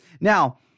Now